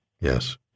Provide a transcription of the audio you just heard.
Yes